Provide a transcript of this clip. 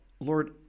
Lord